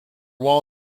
while